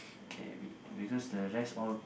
okay wait because the rest all